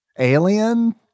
Alien